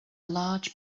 large